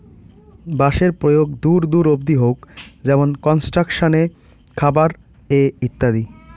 বাঁশের প্রয়োগ দূর দূর অব্দি হউক যেমন কনস্ট্রাকশন এ, খাবার এ ইত্যাদি